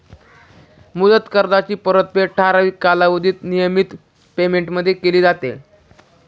मुदत कर्जाची परतफेड ठराविक कालावधीत नियमित पेमेंटमध्ये केली जाते